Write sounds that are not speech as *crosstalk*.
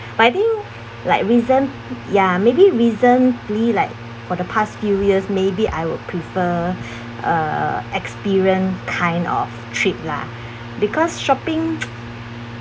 but I think like recent ya maybe recently like for the past few years may be I would prefer uh experience kind of trip lah because shopping *noise*